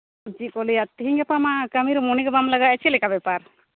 ᱪᱮᱫ ᱠᱚ ᱞᱟᱹᱭᱟ ᱛᱮᱦᱮᱧᱼᱜᱟᱯᱟ ᱢᱟ ᱠᱟᱹᱢᱤ ᱨᱮ ᱢᱚᱱᱮ ᱜᱮ ᱵᱟᱢ ᱞᱟᱜᱟᱣᱮᱫᱼᱟ ᱪᱮᱫᱞᱮᱠᱟ ᱵᱮᱯᱟᱨ